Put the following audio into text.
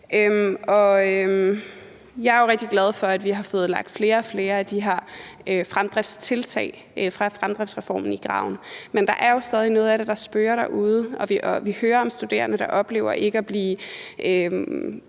rigtig glad for, at vi har fået lagt flere og flere af de her fremdriftstiltag fra fremdriftsreformen i graven, men der er jo stadig noget af det, der spøger derude, og vi hører om studerende, der oplever, at de